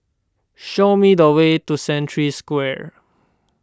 show me the way to Century Square